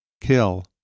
kill